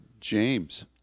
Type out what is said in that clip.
James